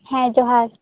ᱦᱮᱸ ᱡᱚᱦᱟᱨ